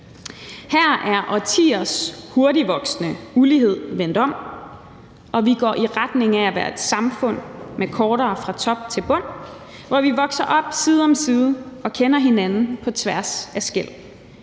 Her er årtiers hurtigt voksende ulighed vendt om, og vi går i retning af at være et samfund med kortere fra top til bund, hvor vi vokser op side om side og kender hinanden på tværs af skel.